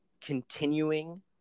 continuing